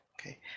Okay